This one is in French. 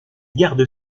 garde